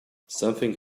something